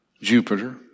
Jupiter